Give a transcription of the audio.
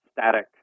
static